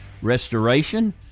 restoration